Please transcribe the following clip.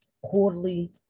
quarterly